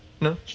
No